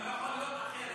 זה לא יכול להיות אחרת.